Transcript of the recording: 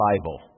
Bible